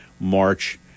March